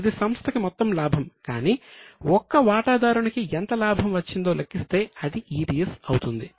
ఇది సంస్థకి మొత్తం లాభం కానీ ఒక్క వాటాదారునికి ఎంత లాభం వచ్చిందో లెక్కిస్తే అది EPS అవుతుంది